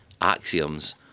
axioms